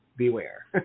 beware